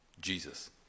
Jesus